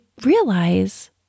realize